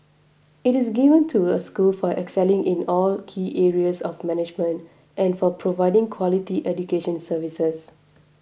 it is given to a school for excelling in all key areas of management and for providing quality education services